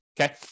Okay